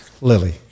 Lily